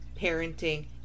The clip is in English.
parenting